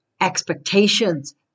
expectations